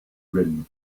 rim